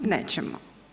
Nećemo.